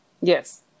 yes